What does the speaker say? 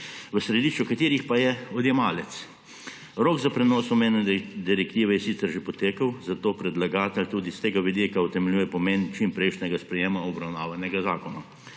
v središču katerih pa je odjemalec. Rok za prenos omenjene direktive je sicer že potekel, zato predlagatelj tudi s tega vidika utemeljuje pomen čimprejšnjega sprejema obravnavanega zakona.